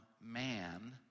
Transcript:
man